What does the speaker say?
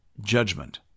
judgment